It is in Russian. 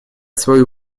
свою